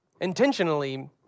intentionally